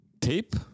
Tape